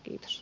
kiitos